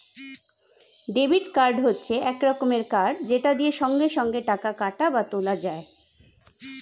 debit card হচ্ছে এক রকমের কার্ড যেটা দিয়ে সঙ্গে সঙ্গে টাকা কাটা বা তোলা যায়